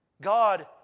God